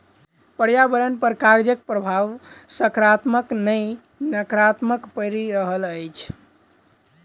पर्यावरण पर कागजक प्रभाव साकारात्मक नै नाकारात्मक पड़ि रहल अछि